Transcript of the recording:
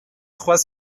trois